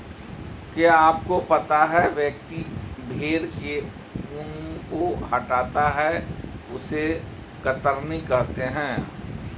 क्या आपको पता है व्यक्ति भेड़ के ऊन को हटाता है उसे कतरनी कहते है?